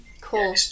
cool